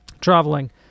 traveling